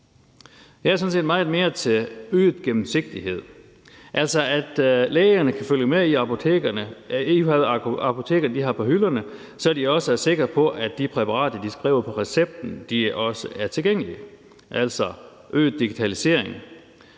Jeg er sådan set meget mere til øget gennemsigtighed, altså at lærerne kan følge med i, hvad apotekerne har på hylderne, så de også er sikre på, at de præparater, de skriver på recepten, også er tilgængelige, altså øget digitalisering.